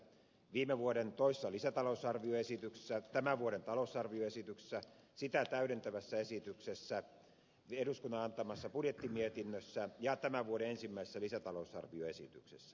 viime vuoden toisessa lisätalousarvioesityksessä tämän vuoden talousarvioesityksessä sitä täydentävässä esityksessä eduskunnan antamassa budjettimietinnössä ja tämän vuoden ensimmäisessä lisätalousarvioesityksessä